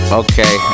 okay